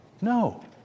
No